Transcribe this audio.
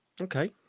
Okay